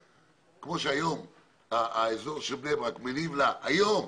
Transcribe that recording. כמו שהיום האזור של בני ברק מניב לה היום,